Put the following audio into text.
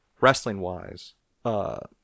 wrestling-wise